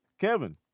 Kevin